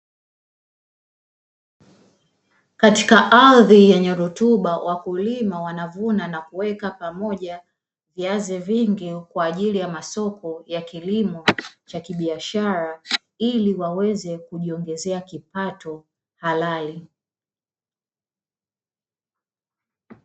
Katika ardhi yenye rutuba wakulima wanavuna na kuweka pamoja viazi vingi, kwa ajili ya masoko ya kilimo cha kibiashara ili waweze kujiongezea kipato halali.